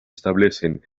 establecen